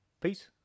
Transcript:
Peace